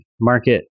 market